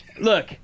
Look